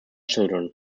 children